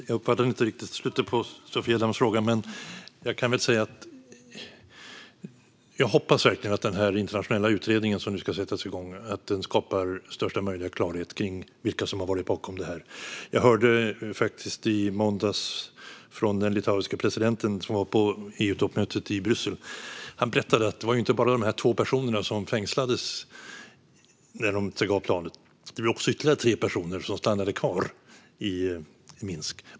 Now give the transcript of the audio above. Fru talman! Jag uppfattade inte riktigt slutet på Sofia Damms fråga, men jag kan väl säga att jag verkligen hoppas att den internationella utredning som nu ska sättas igång skapar största möjliga klarhet kring vilka som ligger bakom det här. I måndags hörde jag från den litauiske presidenten som var på toppmötet i Bryssel att det ju inte bara var de här två personerna som fängslades när de steg av planet. Ytterligare tre personer stannade kvar i Minsk.